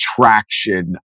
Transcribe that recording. traction